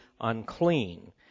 unclean